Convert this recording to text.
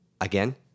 again